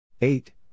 Eight